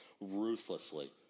Ruthlessly